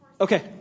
Okay